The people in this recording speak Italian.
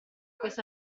questa